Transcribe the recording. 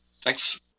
thanks